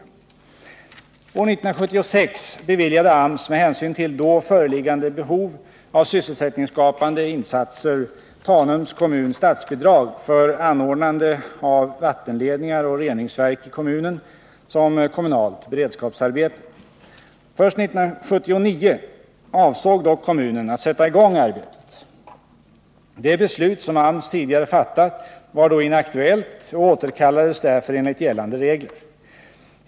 År 1976 beviljade AMS med hänsyn till då föreliggande behov av sysselsättningsskapande insatser Tanums kommun statsbidrag för anordnande av vattenledningar och reningsverk i kommunen som kommunalt beredskapsarbete. Först 1979 avsåg dock kommunen att sätta i gång arbetet. Det beslut som AMS tidigare fattat var då inaktuellt och återkallades därför enligt gällande regler.